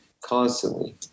constantly